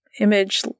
image